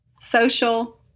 social